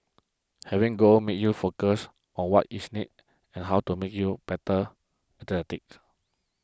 having goals makes you focus on what is next and how to make you better